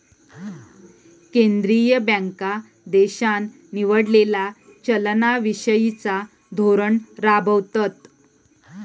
केंद्रीय बँका देशान निवडलेला चलना विषयिचा धोरण राबवतत